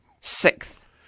Sixth